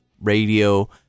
radio